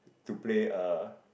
to play uh